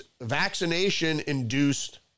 vaccination-induced